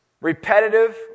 Repetitive